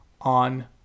on